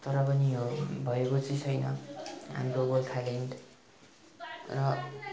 तर पनि यो भएको चाहिँ छैन हाम्रो गोर्खालेन्ड र